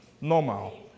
normal